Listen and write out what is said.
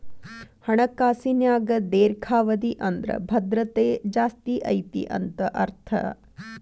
ಹಣಕಾಸಿನ್ಯಾಗ ದೇರ್ಘಾವಧಿ ಅಂದ್ರ ಭದ್ರತೆ ಜಾಸ್ತಿ ಐತಿ ಅಂತ ಅರ್ಥ